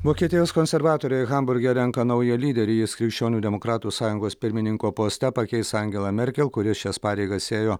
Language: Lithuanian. vokietijos konservatoriai hamburge renka naują lyderį jis krikščionių demokratų sąjungos pirmininko poste pakeis angelą merkel kuri šias pareigas ėjo